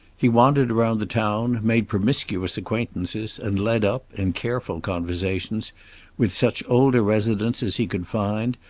he wandered around the town, made promiscuous acquaintances and led up, in careful conversations with such older residents as he could find,